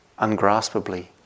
ungraspably